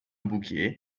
bouquet